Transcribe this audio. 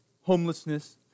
homelessness